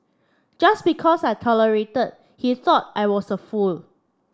just because I tolerated he thought I was a fool